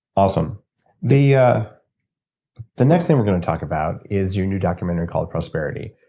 awesome the yeah the next thing we're going to talk about is your new documentary called prosperity.